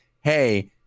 hey